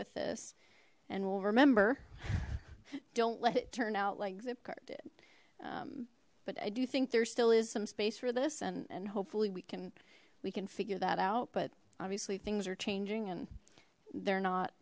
with this and we'll remember don't let it turn out like zipcar did but i do think there still is some space for this and and hopefully we can we can figure that out but obviously things are changing and they're not